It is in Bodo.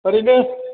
ओरैनो